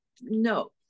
no